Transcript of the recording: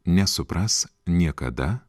nesupras niekada